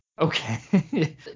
Okay